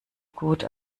gut